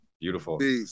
Beautiful